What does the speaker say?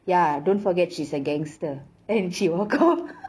ya don't forget she's a gangster and she will call